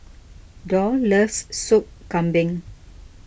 Doll loves Sop Kambing